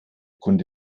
kunde